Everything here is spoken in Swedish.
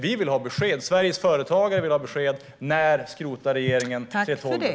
Vi vill ha besked. Sveriges företagare vill ha besked. När skrotar regeringen 3:12-hotet?